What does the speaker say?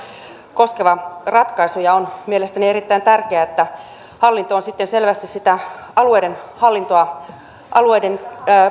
koskeva ratkaisu ja on mielestäni erittäin tärkeää että hallinto on sitten selvästi sitä alueiden hallintoa alueiden